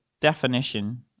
definition